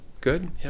good